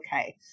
okay